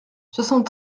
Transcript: soixante